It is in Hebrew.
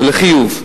ולחיוב.